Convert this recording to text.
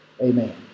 amen